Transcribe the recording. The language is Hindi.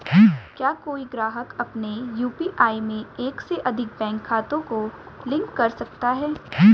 क्या कोई ग्राहक अपने यू.पी.आई में एक से अधिक बैंक खातों को लिंक कर सकता है?